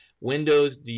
Windows